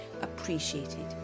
appreciated